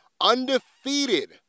undefeated